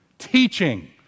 Teaching